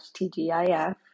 TGIF